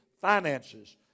finances